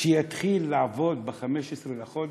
שיתחיל לעבוד ב-15 בחודש?